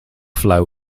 flow